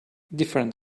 different